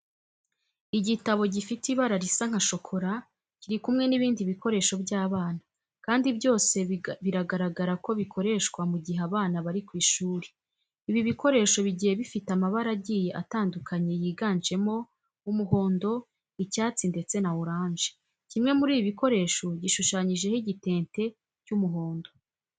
Igitabo gifite ibara risa nka shokora kiri kumwe n'ibindi bikoresho by'abana, kandi byose biragaragara ko bikoreshwa mu gihe abana bari ku ishuri. Ibi bikoresho bigiye bifite amabara agiye atandukanye yiganjemo umuhondo, icyatsi ndetse na oranje. Kimwe muri ibi bikoresho gishushanyijeho igitente cy'umuhondo.